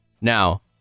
Now